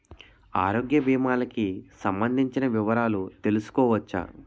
ఆరోగ్య భీమాలకి సంబందించిన వివరాలు తెలుసుకోవచ్చా?